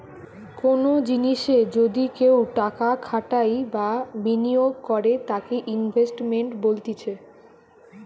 কোনো জিনিসে যদি কেও টাকা খাটাই বা বিনিয়োগ করে তাকে ইনভেস্টমেন্ট বলতিছে